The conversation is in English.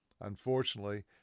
Unfortunately